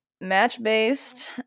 match-based